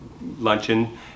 luncheon